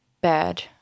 bad